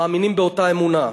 מאמינים באותה אמונה.